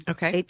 Okay